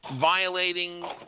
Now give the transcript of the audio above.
violating